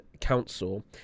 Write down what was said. Council